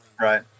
Right